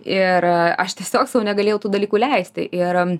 ir aš tiesiog sau negalėjau tų dalykų leisti ir